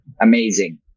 amazing